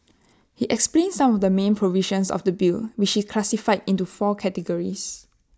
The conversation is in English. he explained some of the main provisions of the bill which he classified into four key categories